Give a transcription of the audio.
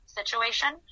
situation